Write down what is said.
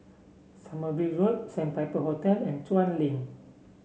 Sommerville Road Sandpiper Hotel and Chuan Link